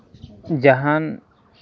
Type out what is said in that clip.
ᱡᱟᱦᱟᱱ